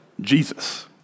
Jesus